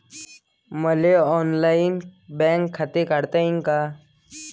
मले online bank खाते काढता येते का?